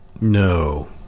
No